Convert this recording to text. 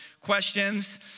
questions